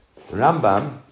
Rambam